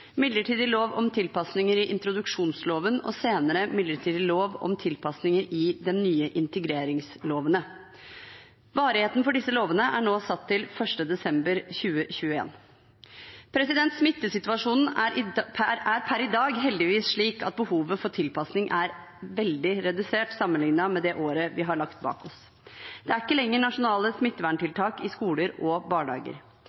midlertidig lov om tilpasninger i introduksjonsloven og senere midlertidig lov om tilpasninger i den nye integreringsloven. Varigheten for disse lovene er nå satt til 1. desember 2021. Smittesituasjonen er per i dag heldigvis slik at behovet for tilpasning er veldig redusert sammenlignet med det året vi har lagt bak oss. Det er ikke lenger nasjonale